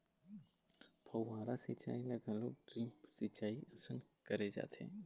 फव्हारा सिंचई ल घलोक ड्रिप सिंचई असन करे जाथे